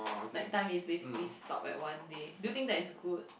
like time is basically stopped at one day do you think that is good